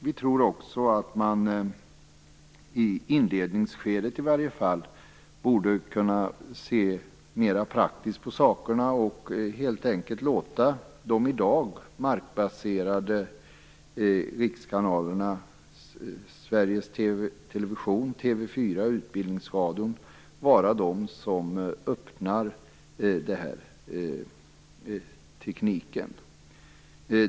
Vi tror också att man, i inledningsskedet i varje fall, borde kunna se mer praktiskt på saken och helt enkelt låta de i dag markbaserade rikskanalerna Sveriges Television, TV 4 och Utbildningsradion vara de som öppnar den här tekniken.